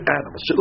animals